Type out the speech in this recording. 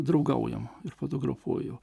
draugaujam ir fotografuoju